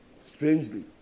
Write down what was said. Strangely